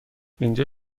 اینجا